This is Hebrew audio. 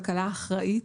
כלכלה אחראית,